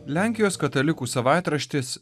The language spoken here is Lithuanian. lenkijos katalikų savaitraštis